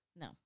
No